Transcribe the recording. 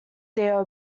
their